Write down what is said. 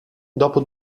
dopo